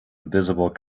invisible